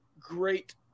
Great